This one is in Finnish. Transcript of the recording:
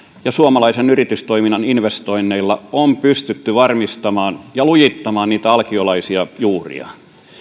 ja suomalaisen yritystoiminnan investoinneilla on pystytty varmistamaan ja lujittamaan niitä alkiolaisia juuria